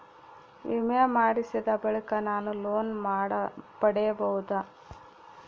ವಿಮೆ ಮಾಡಿಸಿದ ಬಳಿಕ ನಾನು ಲೋನ್ ಪಡೆಯಬಹುದಾ?